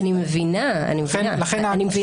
לכן אני חושב